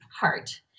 heart